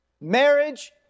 Marriage